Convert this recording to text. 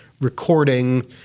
recording